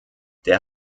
der